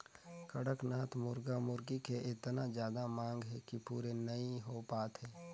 कड़कनाथ मुरगा मुरगी के एतना जादा मांग हे कि पूरे नइ हो पात हे